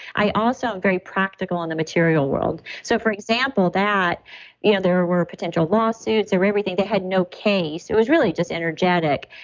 i also i'm very practical on the material world. so, for example, that you know there ah were potential lawsuits, there were everything. they had no case. it was really just energetic.